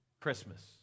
Christmas